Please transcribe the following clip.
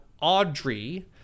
Audrey